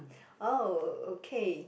oh okay